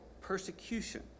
persecution